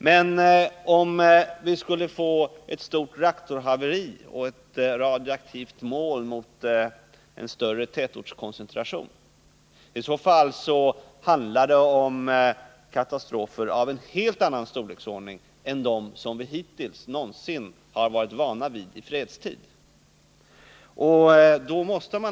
Men tänk om vi skulle få ett stort reaktorhaveri, med ett radioaktivt moln mot en större tätortskoncentration! I så fall handlar det om en katastrof av en helt annan storlek än de som vi någonsin hittills har varit vana vid i fredstid.